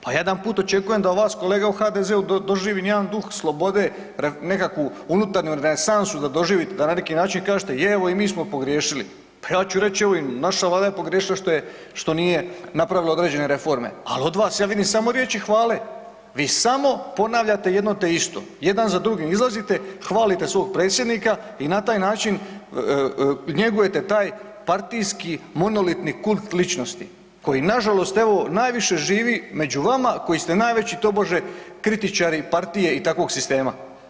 Pa jedanput očekujem da vas kolege u HDZ-u doživim jedan duh slobode, nekakvu unutarnju renesansu da doživite, da na neki način kažete „je, evo i mi smo pogriješili“, pa ja ću reći „evo, i naša Vlada je pogriješila što nije napravila određene reforme“ ali od vas ja vidim samo riječi hvale, vi samo ponavljate jedno te isto, jedan za drugim izlazite, hvalite svog predsjednika i na taj način njegujete taj partijski monolitni kult ličnosti koji nažalost evo najviše živi među vama koji ste najveći tobože kritičari partije i takvog sistema.